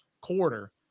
quarter